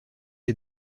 est